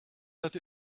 that